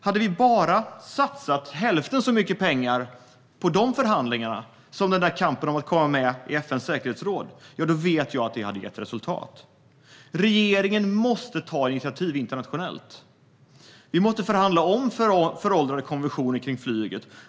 Om vi bara hade satsat hälften så mycket pengar på dessa förhandlingar som på den där kampen om att komma med i FN:s säkerhetsråd vet jag att det hade gett resultat. Regeringen måste ta initiativ internationellt. Vi måste förhandla om föråldrade konventioner kring flyget.